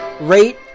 rate